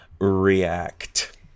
react